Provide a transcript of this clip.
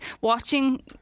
watching